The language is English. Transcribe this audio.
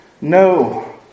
No